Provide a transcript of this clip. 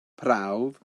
prawf